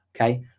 okay